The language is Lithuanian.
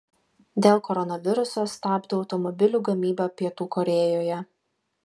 dėl koronaviruso stabdo automobilių gamybą pietų korėjoje